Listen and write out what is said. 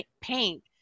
paint